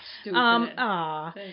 stupid